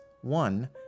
One